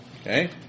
okay